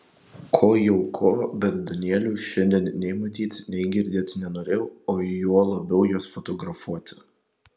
ko jau ko bet danielių šiandien nei matyt nei girdėt nenorėjau o juo labiau juos fotografuoti